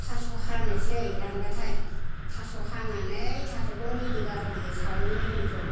थास' हानोसै रानबाथाय थास' हानानै थास'खौ निलि गारग्रोयो सावनि निलिखौ